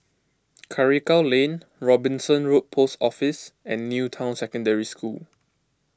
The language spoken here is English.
Karikal Lane Robinson Road Post Office and New Town Secondary School